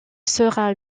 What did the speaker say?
sera